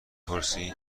پرسی